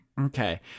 Okay